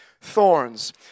thorns